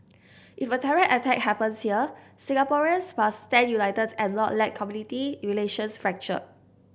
if a terror attack happens here Singaporeans must stand united and not let community relations fracture